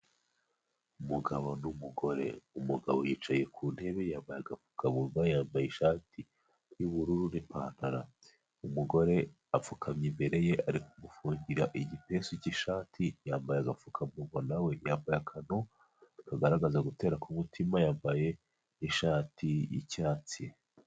Umugabo n'umugore, umugabo yicaye ku ntebeyambaye agapfukamunwa, yambaye ishati y'ubururu n'ipantaro, umugore apfukamye imbere ye ari gufungira igipesu cy'ishati yambaye agafukamugo nawe, yambaye akantu kagaragaza gutera k'umutima, yambaye ishati y'icyatsi.